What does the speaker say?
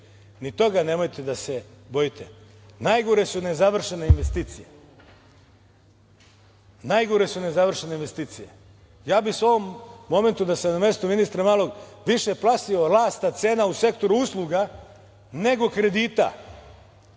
ni toga nemojte da se bojite. Najgore su nezavršene investicije, najgore su nezavršene investicije. Ja bih se u ovom momentu da sam na mestu ministra Malog više plašio rasta cena u sektoru usluga nego kredita